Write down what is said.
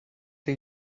for